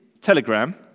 telegram